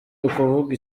ukuvuga